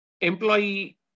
employee